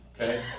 Okay